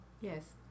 Yes